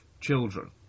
children